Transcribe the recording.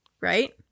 right